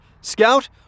Scout